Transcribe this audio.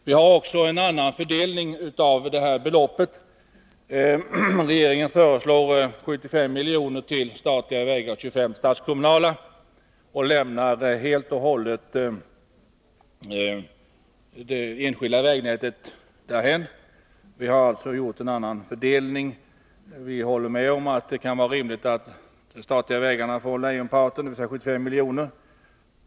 Vi har också en annan fördelning av beloppet. Regeringen föreslår 75 milj.kr. till statliga vägar och 25 milj.kr. till statskommunala och lämnar helt och hållet det enskilda vägnätet därhän. Vi har alltså gjort en annan fördelning. Vi håller med om att det kan vara rimligt att de statliga vägarna får lejonparten, dvs. 75 milj.kr.